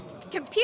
Computer